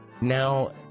Now